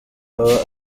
aba